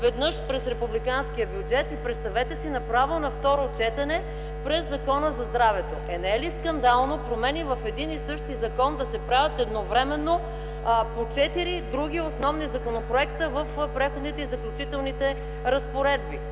веднъж – през републиканския бюджет; и, представете си, направо на второ четене – през Закона за здравето. Е, не е ли скандално промени в един и същи закон да се правят едновременно по четири други основни законопроекта – в Преходните и заключителните разпоредби?